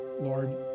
Lord